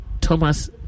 Thomas